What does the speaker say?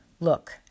look